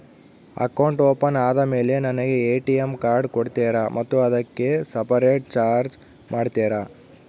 Account open ಆದಮೇಲೆ ನನಗೆ ATM card ಕೊಡ್ತೇರಾ ಮತ್ತು ಅದಕ್ಕೆ ಸಪರೇಟ್ ಚಾರ್ಜ್ ಮಾಡ್ತೇರಾ?